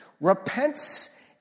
Repent